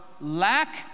lack